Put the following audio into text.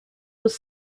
was